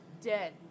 dead